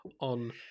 on